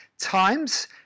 times